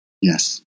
yes